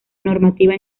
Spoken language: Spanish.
normativa